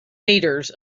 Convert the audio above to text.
meters